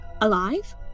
alive